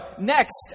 next